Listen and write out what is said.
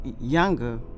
younger